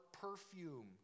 perfume